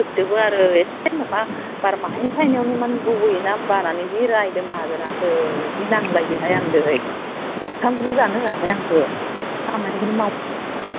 जोबदोबो आरो एसे अखा बार माहाय फायनायावनो इमान गब'योना बारआनो जि रायदो माहाजोनासो जि नांलायदोहाय आंदोहाय ओंखामखोनो जानो होआखै आंखो खामानिखोनो मावनो होआखै